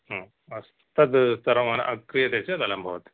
अस्तु तद् स्तरं क्रियते चेद् अलं भवति